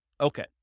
Okay